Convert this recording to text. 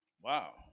Wow